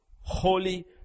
holy